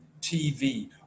TV